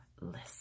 listen